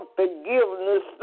forgiveness